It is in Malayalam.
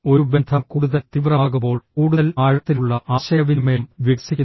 ഒരു ബന്ധം കൂടുതൽ തീവ്രമാകുമ്പോൾ കൂടുതൽ ആഴത്തിലുള്ള ആശയവിനിമയം വികസിക്കുന്നു